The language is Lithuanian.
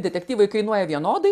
detektyvai kainuoja vienodai